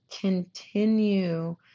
continue